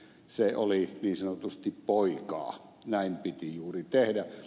se oli niin sanotusti poikaa näin piti juuri tehdä